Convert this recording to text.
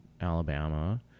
Alabama